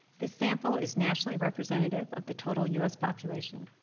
this sample is nationally representative of the total u s. population.